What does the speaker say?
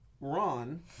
Ron